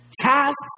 tasks